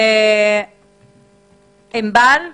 ענבל חרמוני.